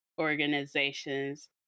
organizations